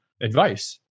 advice